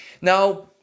Now